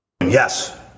Yes